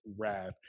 wrath